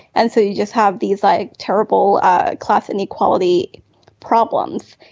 and so you just have these like terrible class inequality problems.